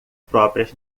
próprias